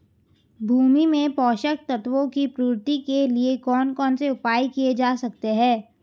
भूमि में पोषक तत्वों की पूर्ति के लिए कौन कौन से उपाय किए जा सकते हैं?